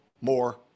more